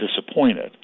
disappointed